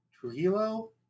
Trujillo